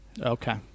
okay